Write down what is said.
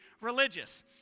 religious